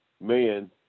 man